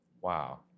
wow